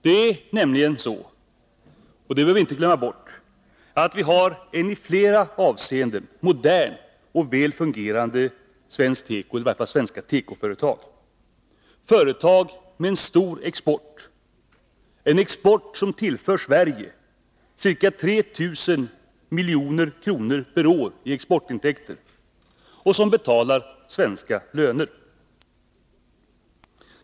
Det är nämligen så — och det bör vi inte glömma bort — att vi har i flera avseenden moderna och väl fungerande svenska tekoföretag, företag med en stor export, som tillför Sverige ca 3 000 milj.kr. per år i exportintäkter och som betalar svenska löner.